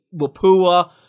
Lapua